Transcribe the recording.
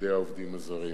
ילדי העובדים הזרים.